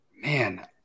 Man